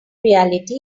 reality